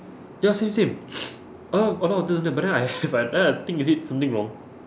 ya same same a lot a lot do have them but then I but then I think is it something wrong